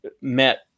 met